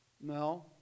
No